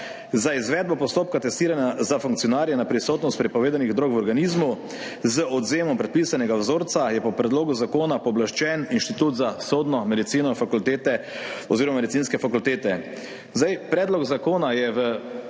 Za izvedbo postopka testiranja za funkcionarje na prisotnost prepovedanih drog v organizmu z odvzemom predpisanega vzorca je po predlogu zakona pooblaščen Inštitut za sodno medicino Medicinske fakultete v Ljubljani. Predlog zakona je